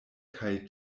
kaj